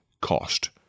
cost